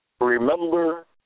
Remember